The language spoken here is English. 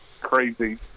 crazy